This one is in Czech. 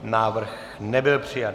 Návrh nebyl přijat.